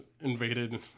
invaded